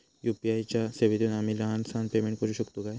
UPI च्या सेवेतून आम्ही लहान सहान पेमेंट करू शकतू काय?